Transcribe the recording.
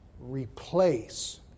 replace